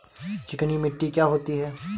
चिकनी मिट्टी क्या होती है?